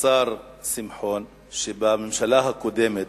השר שמחון, שבממשלה הקודמת